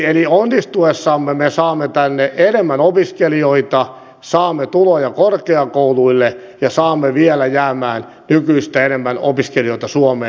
eli onnistuessamme me saamme tänne enemmän opiskelijoita saamme tuloja korkeakouluille ja saamme vielä jäämään nykyistä enemmän opiskelijoita suomeen